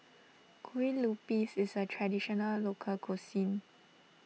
Kue Lupis is a Traditional Local Cuisine